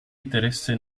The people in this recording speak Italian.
interesse